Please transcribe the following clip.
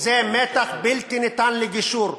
זה מתח בלתי ניתן לגישור,